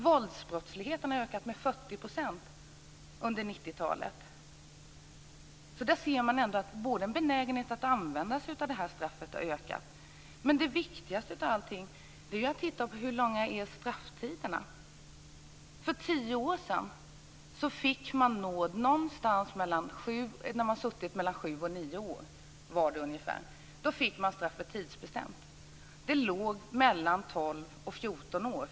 Våldsbrottsligheten har ökat med 40 % under 90 talet, så där ser man att benägenheten att använda sig av livstidsstraffet har ökat. Men viktigast av allt är att titta på hur långa strafftiderna är. För tio år sedan fick man nåd när man suttit fängslad i ungefär sju-nio år. Då fick man straffet tidsbestämt. Tidsbestämningen gällde något mellan 12 och 14 år.